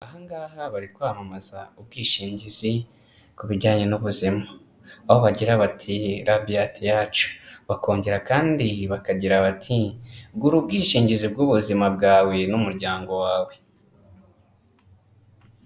Aha ngaha bari kwamamaza ubwishingizi ku bijyanye n'ubuzima aho bagira bati: "Radianti yacu bakongera kandi bakagira bati gura ubwishingizi bw'ubuzima bwawe n'umuryango wawe."